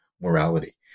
morality